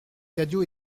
cadio